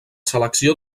selecció